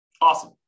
Awesome